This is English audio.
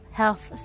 health